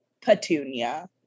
Petunia